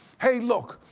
hey, look,